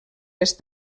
les